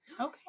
Okay